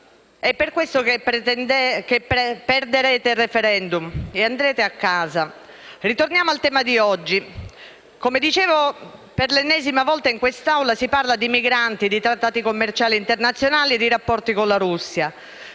È per questo che perderete il *referendum* e andrete a casa. Ritorniamo al tema di oggi: come dicevo, per l'ennesima volta in quest'Aula si parla di migranti, di trattati commerciali internazionali e di rapporti con la Russia.